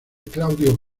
claudio